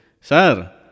Sir